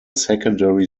secondary